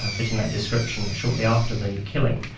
ah fitting that description shortly after the killing.